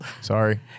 Sorry